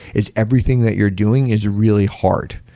is everything that you're doing is really hard.